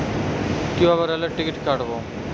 কিভাবে রেলের টিকিট কাটব?